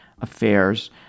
affairs